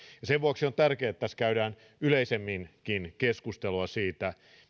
sen vuoksi on tärkeätä että tässä käydään yleisemminkin keskustelua siitä